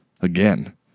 again